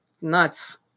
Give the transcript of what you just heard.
Nuts